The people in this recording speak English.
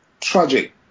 Tragic